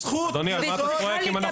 בסופו של דבר.